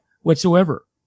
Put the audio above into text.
whatsoever